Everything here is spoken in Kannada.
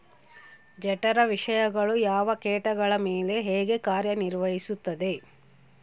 ಜಠರ ವಿಷಯಗಳು ಯಾವ ಕೇಟಗಳ ಮೇಲೆ ಹೇಗೆ ಕಾರ್ಯ ನಿರ್ವಹಿಸುತ್ತದೆ?